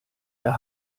der